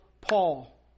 Paul